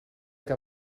que